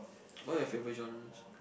what are your favourite genres